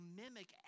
mimic